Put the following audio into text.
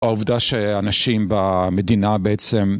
העובדה שאנשים במדינה בעצם...